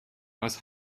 was